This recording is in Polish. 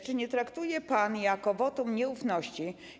Czy nie traktuje pan jako wotum nieufności.